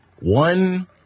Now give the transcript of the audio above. One